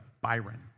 Byron